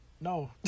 No